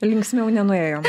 linksmiau nenuėjom